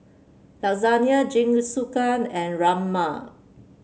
lasagna Jingisukan and Rajma